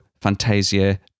Fantasia